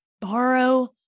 Borrow